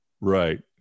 right